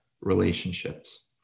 relationships